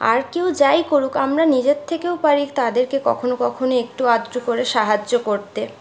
আর কেউ যাই করুক আমরা নিজের থেকেও পারি তাদেরকে কখনও কখনও একটু আধটু করে সাহায্য করতে